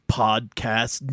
podcast